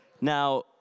Now